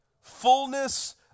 Fullness